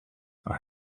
are